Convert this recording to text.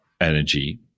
energy